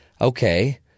okay